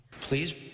Please